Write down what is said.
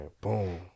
boom